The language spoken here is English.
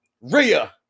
Rhea